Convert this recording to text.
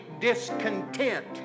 discontent